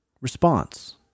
Response